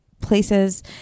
places